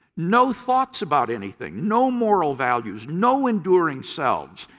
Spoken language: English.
no thoughts about anything, no moral values, no enduring selves,